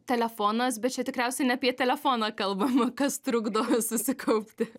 telefonas bet čia tikriausiai ne apie telefoną kalbama kas trukdo susikaupti